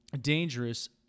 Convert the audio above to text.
dangerous